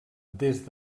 des